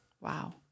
Wow